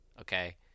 okay